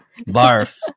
Barf